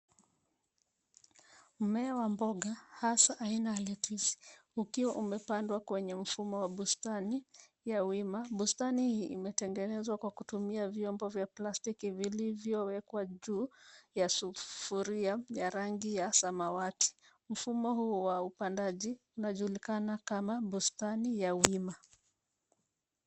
Mmea wa mboga, hasa aina ya lettuce (cs), ukiwa umepandwa kwenye mfumo wa bustani, ya wima. Bustani hii imetengenezwa kwa kutumia vyombo vya plastiki vilivyowekwa juu, ya sufuria ya rangi ya samawati. Mfumo huu wa upandaji, unajulikana kama bustani ya wima.